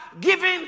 giving